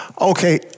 Okay